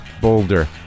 Boulder